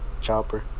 Chopper